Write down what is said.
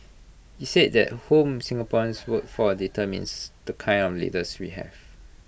he said that whom Singaporeans vote for determines the kind of leaders we have